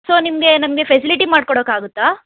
so ನಿಮಗೆ ನಮಗೆ facility ಮಾಡಿ ಕೊಡೋಕ್ಕಾಗುತ್ತಾ